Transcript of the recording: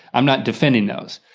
i'm not defending those.